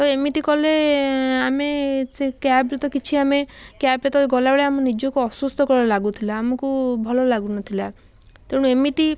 ତ ଏମିତି କଲେ ଆମେ ସେ କ୍ୟାବ୍ରେ କିଛି ଆମେ କ୍ୟାବ୍ରେ ଗଲାବେଳେ ଆମେ ନିଜକୁ ଅସ୍ଵସ୍ଥକର ଲାଗୁଥିଲା ଆମକୁ ଭଲ ଲାଗୁନଥିଲା ତେଣୁ ଏମିତି